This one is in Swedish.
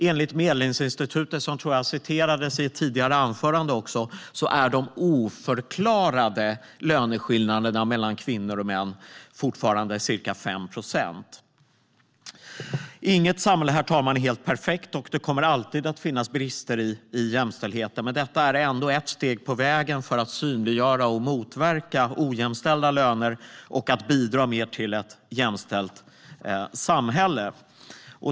Enligt Medlingsinstitutet, som jag tror citerades i ett tidigare anförande, är de oförklarade löneskillnaderna mellan kvinnor och män fortfarande ca 5 procent. Herr talman! Inget samhälle är helt perfekt, och det kommer alltid att finnas brister i jämställdheten. Men detta är ändå ett steg på vägen för att synliggöra och motverka ojämställda löner och för att bidra till ett mer jämställt samhälle.